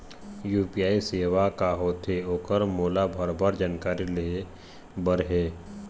UPI सेवा का होथे ओकर मोला भरभर जानकारी लेहे बर हे?